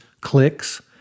clicks